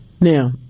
now